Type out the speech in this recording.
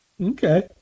Okay